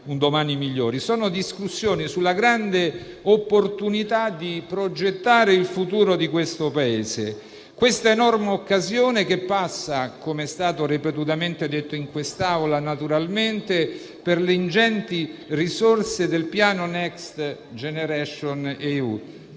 Sono discussioni sulla grande opportunità di progettare il futuro di questo Paese. Questa enorme occasione passa, come è stato ripetutamente detto in questa Aula, per le ingenti risorse del piano Next generation EU,